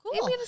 Cool